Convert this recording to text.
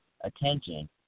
attention